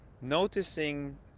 noticing